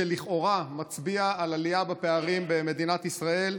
שלכאורה מצביע על עלייה בפערים במדינת ישראל,